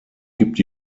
gibt